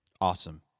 awesome